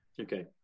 Okay